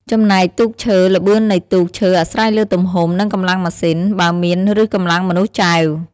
ចំណែកទូកឈើល្បឿននៃទូកឈើអាស្រ័យលើទំហំ និងកម្លាំងម៉ាស៊ីន បើមាន ឬកម្លាំងមនុស្សចែវ ។